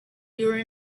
your